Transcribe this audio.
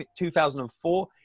2004